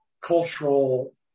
cultural